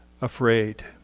afraid